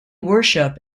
worship